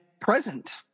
present